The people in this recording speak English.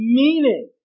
meaning